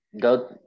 Go